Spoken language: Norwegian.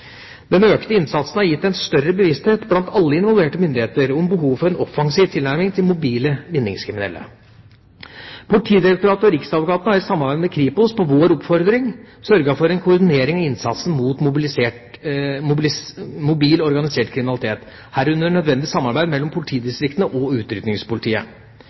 Den økte innsatsen har gitt en større bevissthet blant alle involverte myndigheter om behovet for en offensiv tilnærming til mobile vinningskriminelle. Politidirektoratet og riksadvokaten har i samarbeid med Kripos – på vår oppfordring – sørget for en koordinering av innsatsen mot mobil organisert kriminalitet, herunder nødvendig samarbeid mellom politidistriktene og